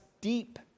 deep